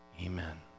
Amen